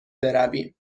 برویم